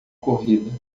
corrida